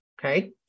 okay